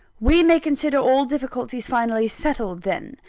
we may consider all difficulties finally settled then,